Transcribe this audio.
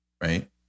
right